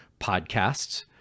podcasts